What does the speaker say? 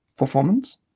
performance